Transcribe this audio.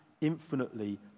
infinitely